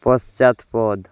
পশ্চাৎপদ